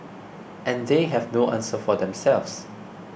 and they have no answer for themselves